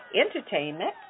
entertainment